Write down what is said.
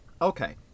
Okay